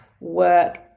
work